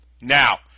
now